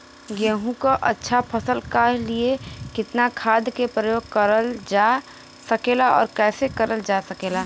गेहूँक अच्छा फसल क लिए कितना खाद के प्रयोग करल जा सकेला और कैसे करल जा सकेला?